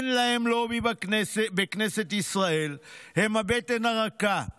אין להם לובי בכנסת ישראל, הם הבטן הרכה.